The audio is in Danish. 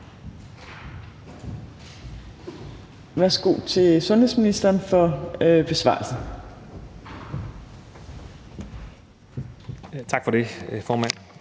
Værsgo til sundhedsministeren for besvarelsen. Kl. 12:06 Besvarelse